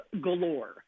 galore